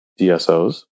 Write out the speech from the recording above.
dsos